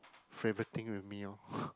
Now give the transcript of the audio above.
favorite thing with me lor